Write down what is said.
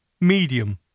Medium